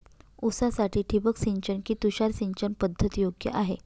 ऊसासाठी ठिबक सिंचन कि तुषार सिंचन पद्धत योग्य आहे?